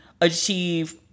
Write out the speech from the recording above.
achieve